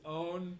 own